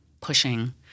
pushing